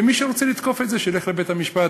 ומי שרוצה לתקוף את זה שילך לבית-המשפט,